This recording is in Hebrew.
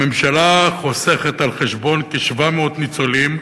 הממשלה חוסכת על חשבון כ-700 ניצולים,